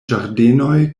ĝardenoj